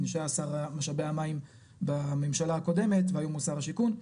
שהיה שר משאבי המים בממשלה הקודמת והיום הוא שר השיכון,